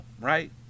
right